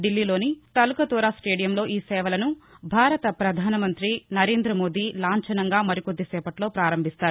ఢిల్లీలోని తల్నతోరా స్టేడియంలో ఈ సేవలను భారత ప్రధానమంత్రి నరేంద్రమోదీ లాంఛనంగా మరికొద్దిసేపట్లో ప్రారంభిస్తారు